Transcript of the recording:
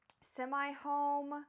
semi-home